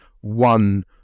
one